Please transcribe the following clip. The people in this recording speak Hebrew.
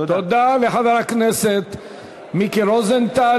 תודה לחבר הכנסת מיקי רוזנטל.